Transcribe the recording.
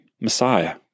Messiah